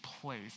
place